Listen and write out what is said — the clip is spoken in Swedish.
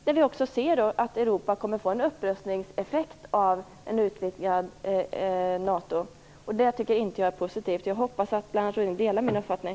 Som vi ser det kommer Europa att få en upprustningseffekt av ett utvidgat NATO, och det tycker jag inte är positivt. Jag hoppas att Lennart Rohdin delar min uppfattning.